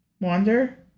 wander